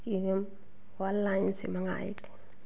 कि हम ऑललाइन से मँगाए थे